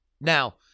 Now